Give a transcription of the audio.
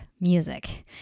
music